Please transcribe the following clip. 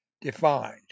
defined